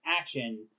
action